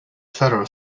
ferro